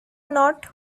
not